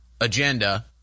Agenda